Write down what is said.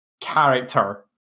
character